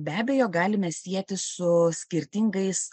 be abejo galime sieti su skirtingais